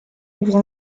ouvre